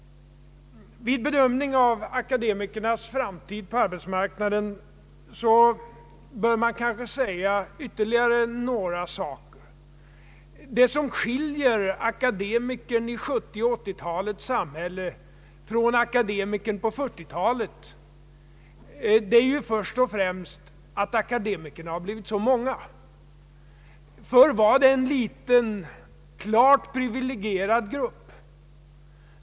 Vid bedömning av akademikernas framtid på arbetsmarknaden bör man kanske beakta ytterligare några saker. Det som skiljer akademikerna i 1970 och 1980-talens samhälle från akademikerna på 1940-talet är ju först och främst att akademikerna har blivit så många. Förr var de en liten, klart privilegierad grupp.